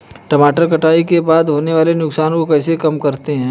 टमाटर कटाई के बाद होने वाले नुकसान को कैसे कम करते हैं?